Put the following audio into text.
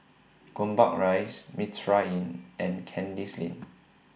Gombak Rise Mitraa Inn and Kandis Lane